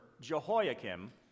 Jehoiakim